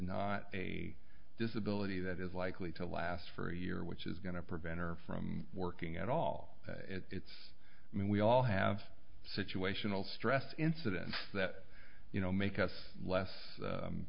not a disability that is likely to last for a year which is going to prevent her from working at all it's mean we all have situational stress incidents that you know make us less